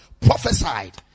prophesied